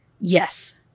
Yes